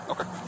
Okay